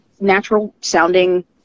natural-sounding